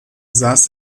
saß